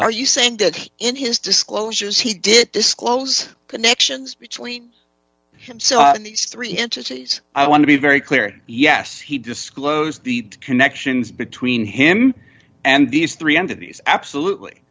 are you saying that in his disclosures he did disclose connections between so these three entities i want to be very clear yes he disclosed the connections between him and these three entities absolutely